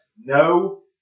no